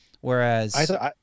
Whereas